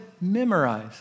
memorize